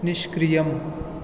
निष्क्रियम्